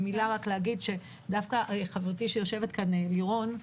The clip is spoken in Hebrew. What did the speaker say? דווקא חברתי שיושבת פה לירון,